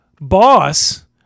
boss